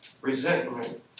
resentment